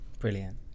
Brilliant